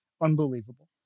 unbelievable